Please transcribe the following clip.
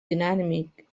dinàmic